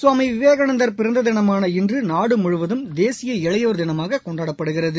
சுவாமி விவேகானந்தர் பிறந்ததினமான இன்று நாடு முழுவதும் தேசிய இளையோர் தினமாகக் கொண்டாடப்படுகிறது